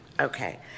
Okay